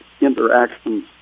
interactions